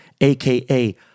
aka